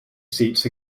seats